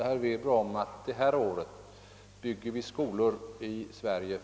Herr talman!